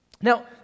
Now